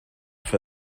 for